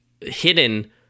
hidden